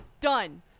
Done